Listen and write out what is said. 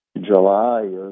July